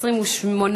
הצעת ועדת הכספים,